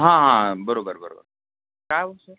हां हां बरोबर बरोबर काय ओ सर